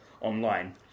online